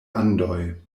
andoj